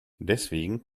deswegen